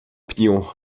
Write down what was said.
pniu